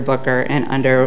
booker and under